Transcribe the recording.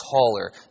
taller